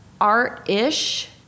art-ish